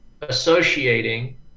associating